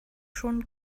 schon